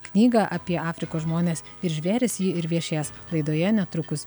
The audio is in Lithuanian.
knygą apie afrikos žmones ir žvėris ji ir viešės laidoje netrukus